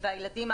והילדים,